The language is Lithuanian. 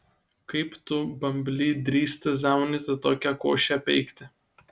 kaip tu bambly drįsti zaunyti tokią košę peikti